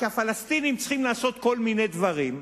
כי הפלסטינים צריכים לעשות כל מיני דברים.